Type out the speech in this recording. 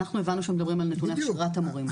אנחנו הבנו שמדברים על נתוני הכשרת המורים.